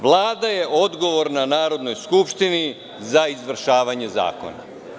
Vlada je odgovorna Narodnoj skupštini za izvršavanje zakona.